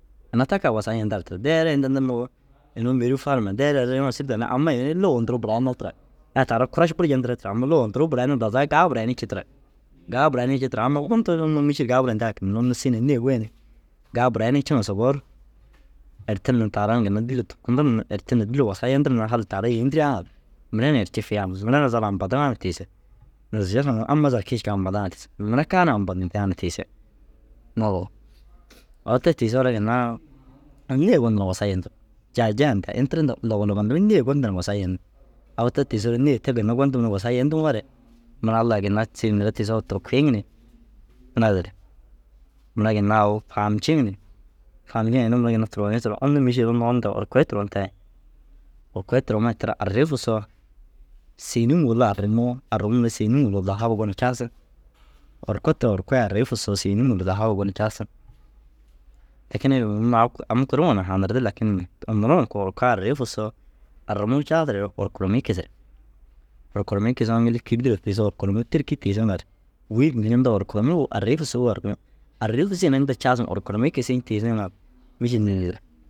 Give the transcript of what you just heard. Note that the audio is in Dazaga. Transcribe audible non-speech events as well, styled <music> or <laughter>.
Ina ta kaa wasaa yentaar tira. Deere inda ni owo inuu mêruu farime deere erri yaaŋo sîri danni. Ammai ini luga nduruu buraine tira. Ai taara koraš buru jentire tira. Amma luga nturuu buraine dazaga gaa burainii cii tira. Gaa burainii cii tira amma muntu ru unnu mîšil gaa buraidoo hakindinni. Unnu siin ai nêe goyi ni gaa burainii ciŋa sobou ru ertir ni taara na ginna dîlli turkundir ni ertir ni dîlli wasaa yentir na hal taara yêentirigaa ŋa ru mire erci fiyaa buzune na zal ampa diŋaa ŋar tiise. Mire ziyaa hinaa amma zal kii cikaa na ampadiŋaa na gise. Mire kaanaa ampadintigaa na tiise. Naazire au te tiisoore ginna nêe gondu na wasaa yendu. Jaijai nda ini tira nda lobolobontimmi nêe gondu na wasaa yendu. Au te tiisoore nêe te ginna goondum ni wasaa yendiŋoore mura Allai ginna siin mire tiisoo turkiiŋi ni. Naazire mire ginna au faamciŋi ni. Faamcinee inuu mire ginna turonii turo unnu mîšil unnu inta orkoi turon tayi. Orkoi turoma tira arrii fusoo sêiniŋ wulla arrimuu arrimuu mire sêiniŋ wulla dahaaba gonu jaasiŋ. Orko te orkoi arrii fusoo sêiniŋ wulla dahaaba gonu jaasiŋ. Lakin herma mire au ku am kuruu ŋa na hanirdi lakin ni nuruu ŋa koo orkaa arrii fusoo arrimuu caasireere orkuromii kisirig. Orkuromii kisiŋoo ŋili kîri duro tiisoo orkuromuu têrki tiisiŋa ru wûidi ni inta orkuromuu arrii fusugo orko arrii fusii ginna inta caasim orkuromii kisii tiisiŋa ru mîšil <hesitation>